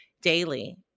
daily